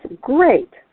great